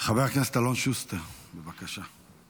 חבר הכנסת אלון שוסטר, בבקשה.